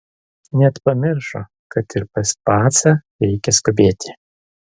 net pamiršo kad ir pas pacą reikia skubėti